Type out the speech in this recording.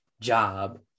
job